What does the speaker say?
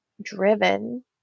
driven